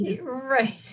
right